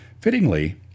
Fittingly